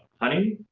honey